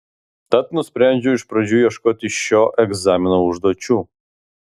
tad nusprendžiau iš pradžių ieškoti šio egzamino užduočių